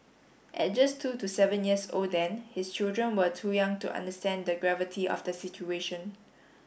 at just two to seven years old then his children were too young to understand the gravity of the situation